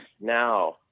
now